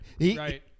right